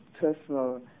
personal